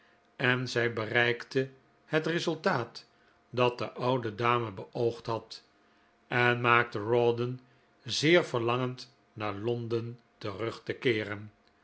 en zij bereikte het resultaat dat de oude dame beoogd had en maakte rawdon zeer verlangend naar londen terug te keeren